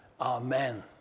Amen